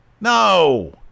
No